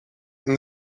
and